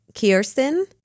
Kirsten